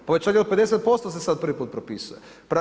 Povećanje od 50% se sad po prvi put propisuje.